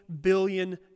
billion